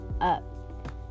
up